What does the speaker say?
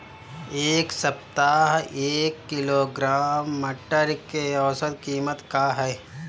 एक सप्ताह एक किलोग्राम मटर के औसत कीमत का ह?